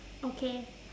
okay